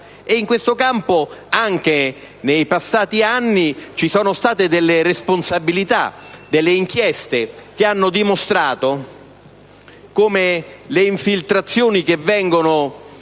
In quest'ambito, anche negli anni passati ci sono state delle responsabilità, delle inchieste, che hanno dimostrato come le infiltrazioni che vengono